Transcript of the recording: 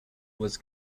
was